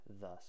thus